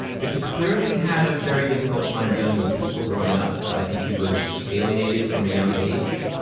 but he clearly had a very difficult time dealing with people growing up. i think he was alienated from a young age.